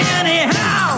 anyhow